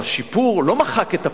השיפור לא מחק את הפער,